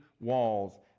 walls